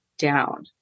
Down